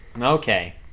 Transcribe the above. okay